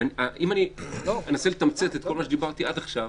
אם אני אנסה לתמצת את כל מה שאמרתי עד עכשיו,